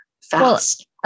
fast